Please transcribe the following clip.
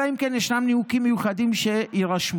אלא אם כן ישנם נימוקים מיוחדים שיירשמו.